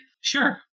sure